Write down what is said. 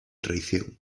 traición